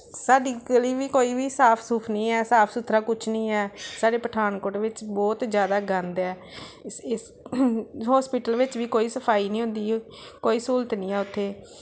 ਸਾਡੀ ਗਲੀ ਵੀ ਕੋਈ ਵੀ ਸਾਫ ਸੂਫ ਨਹੀਂ ਹੈ ਸਾਫ ਸੁਥਰਾ ਕੁਛ ਨਹੀਂ ਹੈ ਸਾਰੇ ਪਠਾਨਕੋਟ ਵਿੱਚ ਬਹੁਤ ਜ਼ਿਆਦਾ ਗੰਦ ਹੈ ਇਸ ਇਸ ਹੋਸਪੀਟਲ ਵਿੱਚ ਵੀ ਕੋਈ ਸਫਾਈ ਨਹੀਂ ਹੁੰਦੀ ਕੋਈ ਸਹੂਲਤ ਨਹੀਂ ਹੈ ਉੱਥੇ